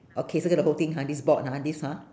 okay circle the whole thing ha this board ha this ha